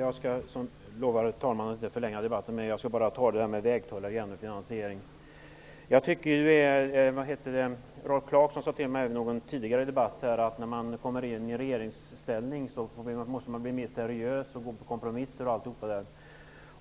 Herr talman! Jag skall inte förlänga debatten, som jag lovade talmannen. Jag skall bara ta upp frågan om vägtullarna och finansieringen. Rolf Clarkson sade till mig tidigare i en debatt, att när man kommer i regeringsställning måste man bli mera seriös och gå in på kompromisser m.m.